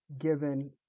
given